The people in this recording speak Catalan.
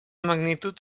magnitud